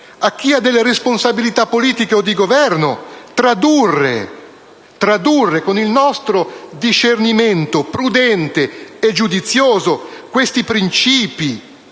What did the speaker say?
a chi ha responsabilità politiche o di governo, tradurre, con il nostro discernimento prudente e giudizioso, questi principi,